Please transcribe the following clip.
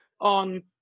on